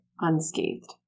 unscathed